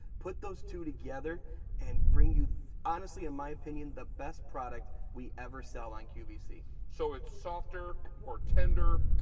put those two together and bring you honestly in my opinion the best product we ever sell on qvc. so it's softer. more tender.